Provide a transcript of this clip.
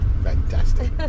Fantastic